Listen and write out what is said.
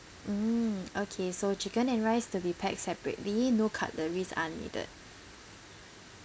mm okay so chicken and rice to be packed separately no cutleries are needed